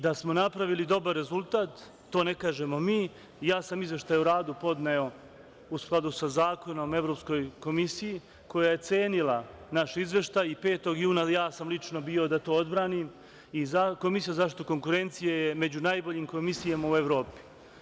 Da smo napravili dobar rezultat, to ne kažemo mi, ja sam Izveštaj o radu podneo u skladu sa zakonom Evropskoj komisiji, koja je cenila naš izveštaj i 5. juna ja sam lično bio da to odbranim i Komisija za zaštitu konkurencije je među najboljim komisijama u Evropi.